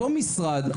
שאותו משרד,